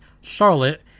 Charlotte